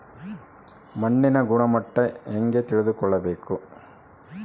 ಮಣ್ಣಿನ ಗುಣಮಟ್ಟ ಹೆಂಗೆ ತಿಳ್ಕೊಬೇಕು?